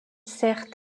sert